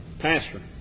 Pastor